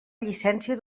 llicència